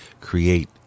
create